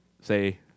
say